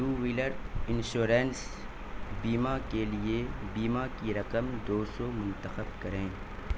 to wheeler insurance بیمہ کے لیے بیمہ کی رقم دو سو منتخب کریں